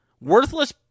worthless